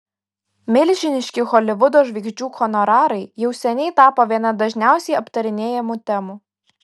milžiniški holivudo žvaigždžių honorarai jau seniai tapo viena dažniausiai aptarinėjamų temų